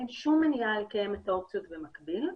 אין שום מניעה לקיים את האופציות במקביל.